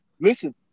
Listen